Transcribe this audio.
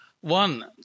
One